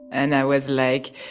and i was like,